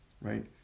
right